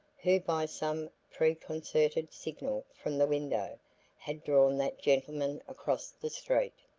who by some preconcerted signal from the window had drawn that gentleman across the street.